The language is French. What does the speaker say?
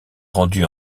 rendu